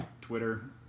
Twitter